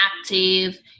active